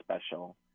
special